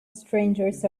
strangers